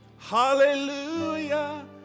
Hallelujah